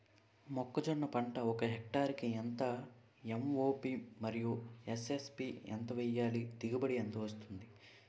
మొక్కజొన్న పంట ఒక హెక్టార్ కి ఎంత ఎం.ఓ.పి మరియు ఎస్.ఎస్.పి ఎంత వేయాలి? దిగుబడి ఎంత వస్తుంది?